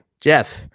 Jeff